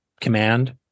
command